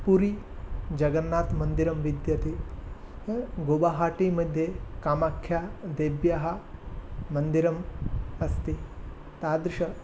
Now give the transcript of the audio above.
पुरि जगन्नाथमन्दिरं विद्यते गोवहाटि मध्ये कामाख्यादेव्याः मन्दिरम् अस्ति तादृश